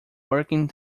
working